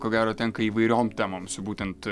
ko gero tenka įvairiom temom su būtent